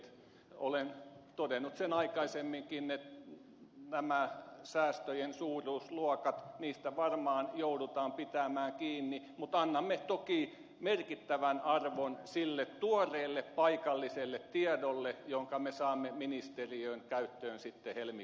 olen todennut sen aikaisemminkin että näistä säästöjen suuruusluokista varmaan joudutaan pitämään kiinni mutta annamme toki merkittävän arvon sille tuoreelle paikalliselle tiedolle jonka me saamme ministeriön käyttöön sitten helmikuussa